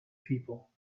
people